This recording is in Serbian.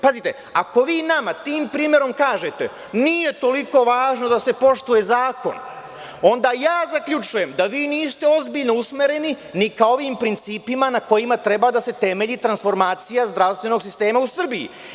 Pazite, ako vi nama tim primerom kažete – nije toliko važno da se poštuje zakon, onda ja zaključujem da vi niste ozbiljno usmereni ni ka ovim principima na kojima treba da se temelji transformacija zdravstvenog sistema u Srbiji.